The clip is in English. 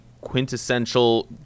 quintessential